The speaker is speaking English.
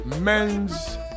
men's